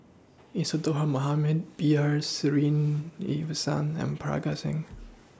Isadhora Mohamed B R Sreenivasan and Parga Singh